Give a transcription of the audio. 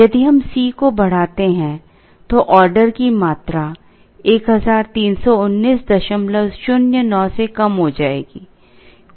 यदि हम C को बढ़ाते हैं तो ऑर्डर की मात्रा 131909 से कम हो जाएगी